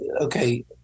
okay